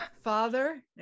father